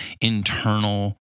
internal